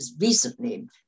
Recently